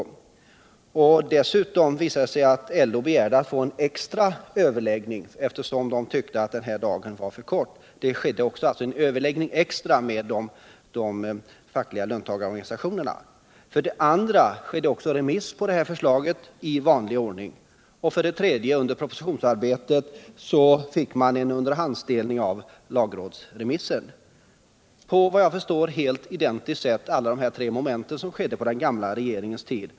LO begärde dessutom att få en extra överläggning. eftersom man tyckte att en dag var för kort tid. Så skedde också. och det hölls en extra överläggning med de fackliga löntagarorganisationerna. För det andra gick förslaget också ut på remiss i vanlig ordning. För det tredje fick man under propositionsarbetet en underhandsdelning av lagrådsremissen. Ffter vad jag förstår gick det alltså i samtliga dessa tre moment till på identiskt likadant sätt som på den gamla regeringens tid.